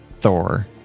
Thor